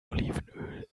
olivenöl